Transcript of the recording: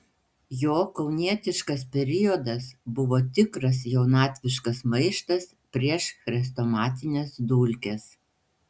jo kaunietiškas periodas buvo tikras jaunatviškas maištas prieš chrestomatines dulkes